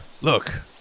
look